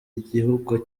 igihugu